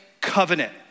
covenant